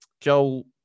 Joel